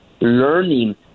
learning